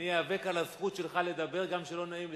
אני איאבק על הזכות שלך לדבר גם כשלא נעים לי,